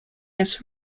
its